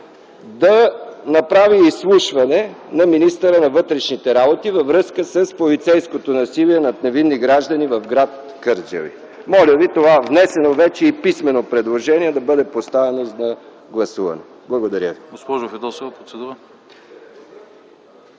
да направи изслушване на министъра на вътрешните работи във връзка с полицейското насилие над невинни граждани в гр. Кърджали. Моля Ви това внесено, вече и писмено, предложение да бъде поставено на гласуване. Благодаря ви.